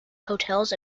hotels